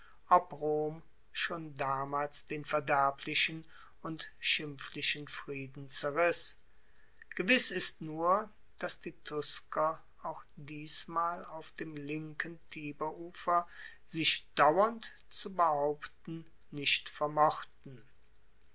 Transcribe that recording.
ob rom schon damals den verderblichen und schimpflichen frieden zerriss gewiss ist nur dass die tusker auch diesmal auf dem linken tiberufer sich dauernd zu behaupten nicht vermochten